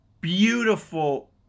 beautiful